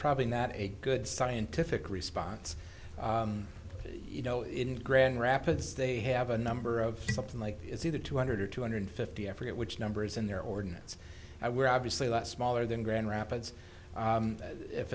probably not a good scientific response you know in grand rapids they have a number of something like it's either two hundred or two hundred fifty f or which numbers in their ordinance i we're obviously a lot smaller than grand rapids